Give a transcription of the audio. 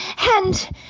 And